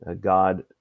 God